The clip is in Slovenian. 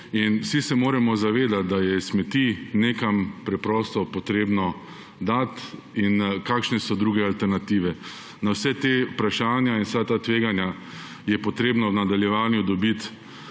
Vsi se moramo zavedati, da je smeti nekam preprosto potrebno dati in kakšne so druge alternative. Na vsa ta vprašanja in vsa ta tveganja je potrebno v nadaljevanju dobiti